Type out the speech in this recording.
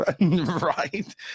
right